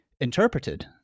interpreted